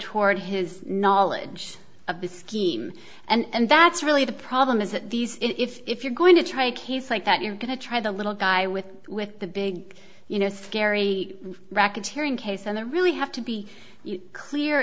toward his knowledge of the scheme and that's really the problem is that these if you're going to try a case like that you're going to try the little guy with with the big you know scary racketeering case and the really have to be clear